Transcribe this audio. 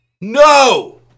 No